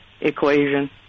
equation